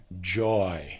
joy